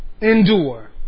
Endure